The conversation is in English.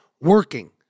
working